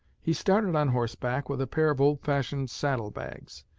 he started on horseback, with a pair of old-fashioned saddlebags.